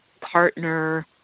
partner